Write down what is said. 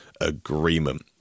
agreement